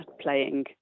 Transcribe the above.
playing